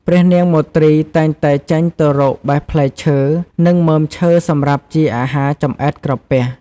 ព្រះនាងមទ្រីតែងតែចេញទៅរកបេះផ្លែឈើ និងមើមឈើសម្រាប់ជាអាហារចម្អែតក្រពះ។